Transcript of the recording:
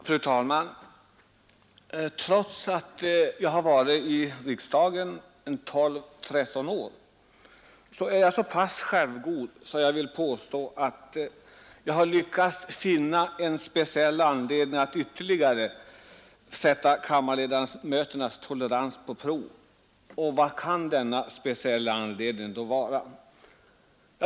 Fru talman! Trots att jag har tillhört riksdagen i 12, 13 år, är jag så pass självgod att jag vill påstå, att jag har lyckats finna en speciell anledning till att ytterligare sätta kammarledamöternas tolerans på prov. Vilken kan då denna speciella anledning vara?